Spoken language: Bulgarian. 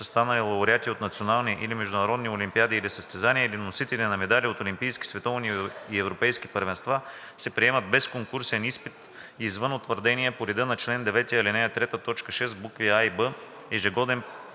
са станали лауреати на национални или международни олимпиади или състезания или носители на медали от олимпийски, световни и европейски първенства, се приемат без конкурсен изпит и извън утвърдения по реда на чл. 9, ал. 3, т. 6, букви „а“ и „б“ ежегоден